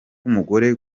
umugore